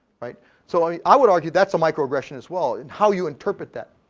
but so, i mean i would argue that's a micro-aggression as well, in how you interpret that.